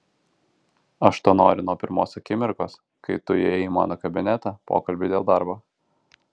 aš to noriu nuo pat pirmos akimirkos kai tu įėjai į mano kabinetą pokalbiui dėl darbo